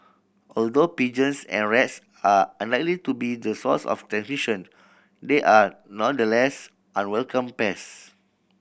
although pigeons and rats are unlikely to be the source of transmission they are nonetheless unwelcome pest